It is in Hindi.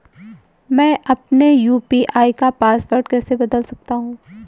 मैं अपने यू.पी.आई का पासवर्ड कैसे बदल सकता हूँ?